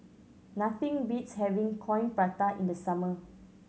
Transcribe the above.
nothing beats having Coin Prata in the summer